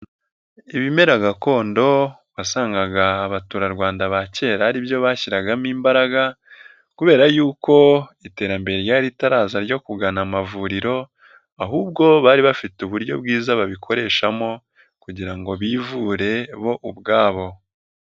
Ibimera gakondo wasangaga abaturarwanda ba kera ari byo bashyiragamo imbaraga kubera y'uko iterambere ryari ritaraza ryo kugana amavuriro ahubwo bari bafite uburyo bwiza babikoreshamo kugira ngo bivure bo ubwabo.